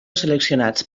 seleccionats